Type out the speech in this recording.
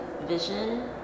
vision